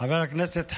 חבר הכנסת חנוך,